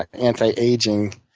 anti aging